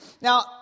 Now